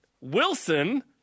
Wilson